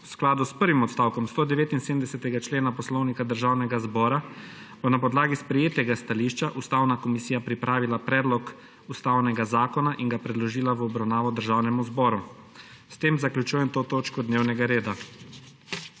V skladu s prvim odstavkom 179. člena Poslovnika Državnega zbora bo na podlagi sprejetega stališča Ustavna komisija pripravila Predlog ustavnega zakona in ga predložila v obravnavo Državnemu zboru. S tem zaključujemo to točko dnevnega reda.